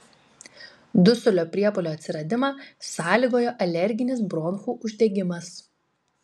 dusulio priepuolio atsiradimą sąlygoja alerginis bronchų uždegimas